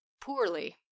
poorly